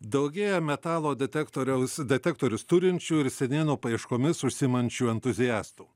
daugėja metalo detektoriaus detektorius turinčių ir senienų paieškomis užsiimančių entuziastų